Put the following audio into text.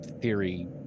theory